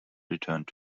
returned